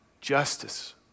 justice